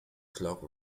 clock